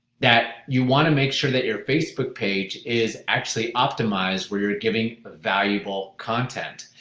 that you want to make sure that your facebook page is actually optimized where you're giving valuable content.